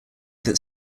that